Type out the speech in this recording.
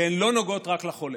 והן נוגעות לא רק לחולה.